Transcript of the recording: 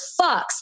fucks